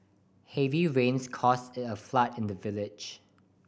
heavy rains caused a flood in the village